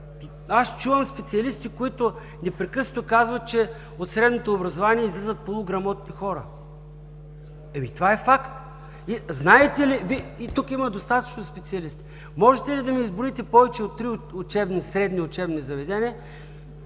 аз чувам специалисти, които непрекъснато казват, че от средното образование излизат полуграмотни хора. Това е факт! Тук има достатъчно специалисти. Можете ли да ми изброите повече от три средни учебни заведения,